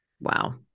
Wow